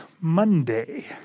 Monday